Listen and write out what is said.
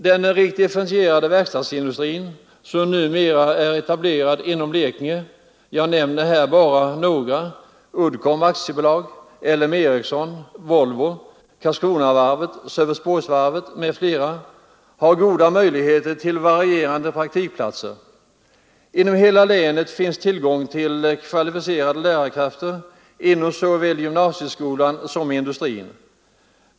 Den rikt differentierade verkstadsindustri som numera är etablerad inom Blekinge — Uddcomb AB, L M Ericsson, Volvo, Karlskronavarvet och Sölvesborgs varv för att nu nämna bara några exempel — har goda möjligheter till varierande praktikplatser. I hela länet finns tillgång till kvalificerade lärarkrafter inom såväl gymnasieskolan som industrin.